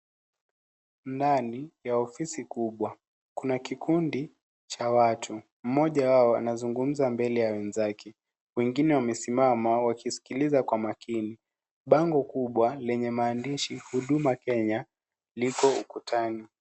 Ndani ya ofisi kubwa kuna kikundi cha watu. Mmoja wao anazungumza mbele ya wenzake. Wengine wamesimam wakisikiliza kwa makini. Bango kubwa lenye maandishi Huduma Kenya liko ukutani.